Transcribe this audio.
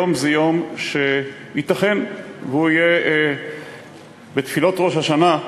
היום זה יום שייתכן שהוא יהיה, בתפילות ראש השנה,